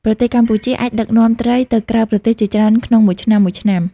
ប្រទេសកម្ពុជាអាចដឹកនាំត្រីទៅក្រៅប្រទេសជាច្រើនក្នុងមួយឆ្នាំៗ។